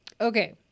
Okay